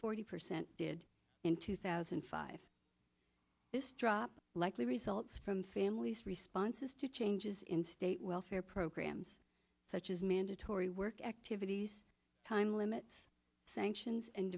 forty percent did in two thousand and five this drop likely results from families responses to changes in state welfare programs such as mandatory work activities time limits sanctions and